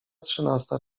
trzynasta